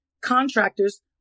contractors